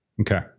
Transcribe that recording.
Okay